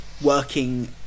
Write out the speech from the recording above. working